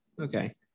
Okay